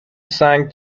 سنگ